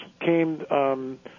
came –